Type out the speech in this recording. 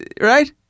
right